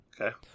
Okay